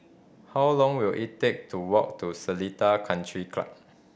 how long will it take to walk to Seletar Country Club